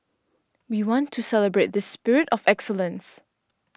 we want to celebrate this spirit of excellence